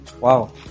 Wow